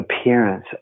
appearance